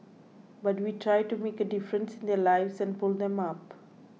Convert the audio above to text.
but we try to make a difference in their lives and pull them up